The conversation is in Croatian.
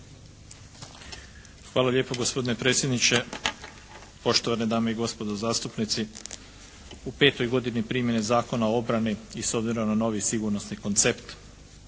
Hvala lijepo gospodine predsjedniče. Poštovane dame i gospodo zastupnici u petoj godini primjene Zakona o obrani i s obzirom na novi sigurnosni koncept